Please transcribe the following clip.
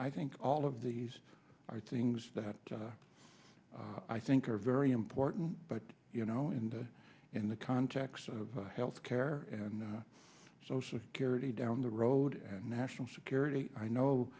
i think all of these are things that i think are very important but you know in the in the context of health care and social security down the road national security i know